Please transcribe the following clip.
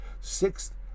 Sixth